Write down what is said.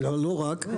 אבל לא רק,